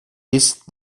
ist